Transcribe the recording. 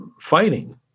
fighting